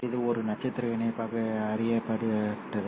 எனவே இது ஒரு நட்சத்திர இணைப்பாக அறியப்பட்டது சரி